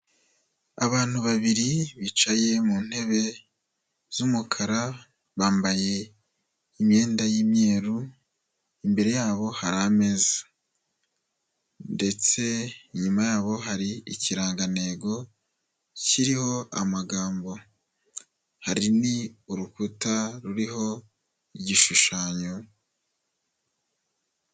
Abantu babiri bicaye mu ntebe z'umukara bambaye imyenda y'imyeru imbere yabo hari ameza ndetse inyuma yabo hari ikirangantego kiriho amagambo hari n'urukuta ruriho igishushanyo.